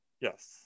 Yes